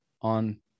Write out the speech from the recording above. on